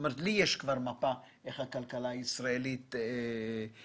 לי יש כבר מפה איך הכלכלה הישראלית מתחלקת,